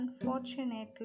unfortunately